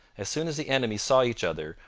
as soon as the enemies saw each other,